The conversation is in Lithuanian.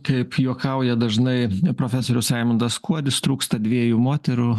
kaip juokauja dažnai profesorius raimundas kuodis trūksta dviejų moterų